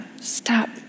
stop